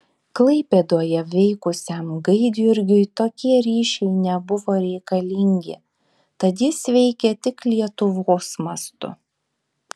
klaipėdoje veikusiam gaidjurgiui tokie ryšiai nebuvo reikalingi tad jis veikė tik lietuvos mastu